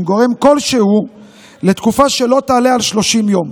גורם כלשהו לתקופה שלא תעלה על 30 יום.